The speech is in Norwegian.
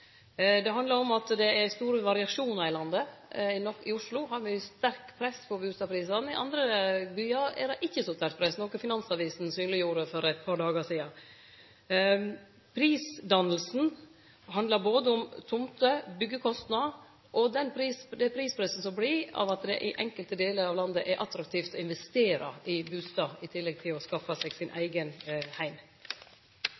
Det handlar om at det er store variasjonar i landet. I Oslo har me eit sterkt press på bustadprisane. I andre byar er det ikkje så sterkt press, noko Finansavisen synleggjorde for eit par dagar sidan. Prisdanninga handlar om både tomter, byggjekostnad og det prispresset som vert av at det i enkelte delar av landet er attraktivt å investere i bustad, i tillegg til å skaffe seg sin